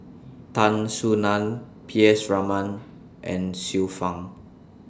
Tan Soo NAN P S Raman and Xiu Fang